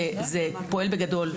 וזה פועל בגדול.